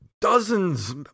dozens